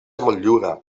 motllura